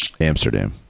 Amsterdam